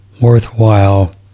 worthwhile